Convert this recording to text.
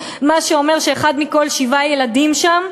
מה שאומר שאחד מכל שבעה ילדים שם,